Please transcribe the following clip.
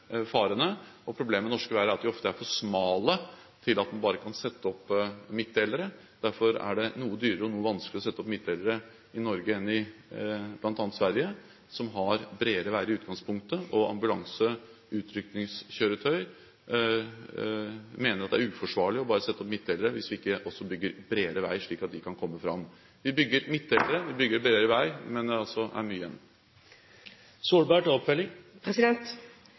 farene. Problemet med norske veier er at de ofte er for smale til at man bare kan sette opp midtdelere. Derfor er det noe dyrere og noe vanskeligere å sette opp midtdelere i Norge enn i bl.a. Sverige, som har bredere veier i utgangspunktet. Man mener at det av hensyn til ambulanse- og utrykningskjøretøy er uforsvarlig bare å sette opp midtdelere hvis vi ikke også bygger bredere vei, slik at de kan komme fram. Vi bygger midtdelere, vi bygger bredere vei, men det er også mye